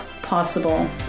possible